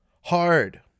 Hard